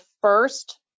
first